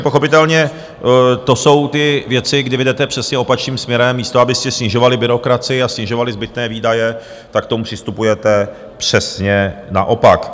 Pochopitelně to jsou ty věci, kdy vy jdete přesně opačným směrem, místo abyste snižovali byrokracii a snižovali zbytné výdaje, tak k tomu přistupujete přesně naopak.